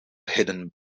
hidden